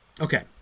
Okay